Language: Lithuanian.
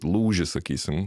lūžis sakysim